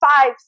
five